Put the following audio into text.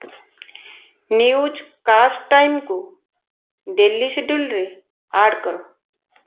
news caste ଟାଇମ୍କୁ daily ସ୍କେଡ଼୍ୟୁଲ୍ରେ add କର